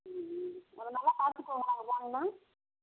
ம் ம் உன்னை நல்லா பார்த்துக்குவோம் நாங்கள் வாங்குனா